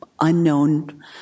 unknown